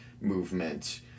movement